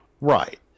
Right